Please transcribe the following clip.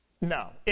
No